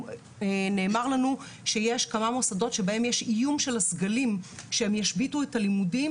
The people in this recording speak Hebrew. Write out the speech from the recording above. נאמר לנו שיש כמה מוסדות שבהם יש איום של הסגלים שהם ישביתו את הלימודים